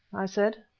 i said,